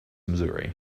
missouri